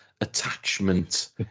attachment